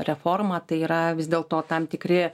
reforma tai yra vis dėl to tam tikri